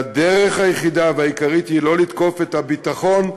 והדרך היחידה והעיקרית היא לא לתקוף את הביטחון,